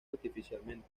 artificialmente